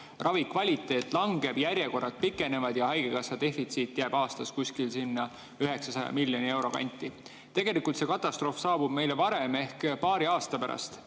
ravi kvaliteet langeb, järjekorrad pikenevad ja haigekassa defitsiit jääb aastas sinna 900 miljoni euro kanti. Tegelikult see katastroof saabub meile varem ehk paari aasta pärast.